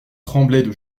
tremblaient